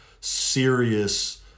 serious